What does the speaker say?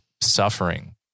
suffering